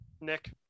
Nick